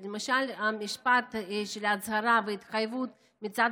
כי למשל המשפט של הצהרה והתחייבות מצד